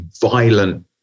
violent